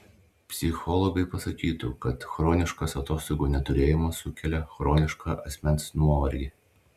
psichologai pasakytų kad chroniškas atostogų neturėjimas sukelia chronišką asmens nuovargį